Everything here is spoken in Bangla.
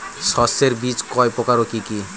শস্যের বীজ কয় প্রকার ও কি কি?